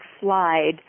slide